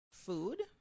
Food